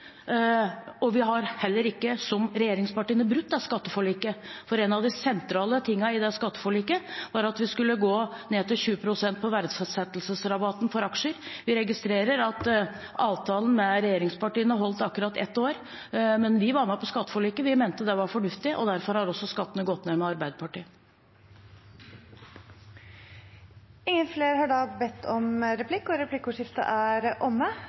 og vi har heller ikke, som regjeringspartiene, brutt skatteforliket. En av de sentrale tingene i det skatteforliket var at vi skulle gå ned til 20 pst. på verdsettelsesrabatten for aksjer. Vi registrerer at avtalen med regjeringspartiene holdt akkurat ett år, men vi var med på skatteforliket. Vi mente det var fornuftig, og derfor har også skattene gått ned med Arbeiderpartiet. Replikkordskiftet er omme.